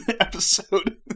episode